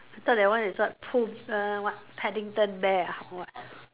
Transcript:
I thought that one is what Pooh err what Paddington bear ah what